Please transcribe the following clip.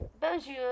Bonjour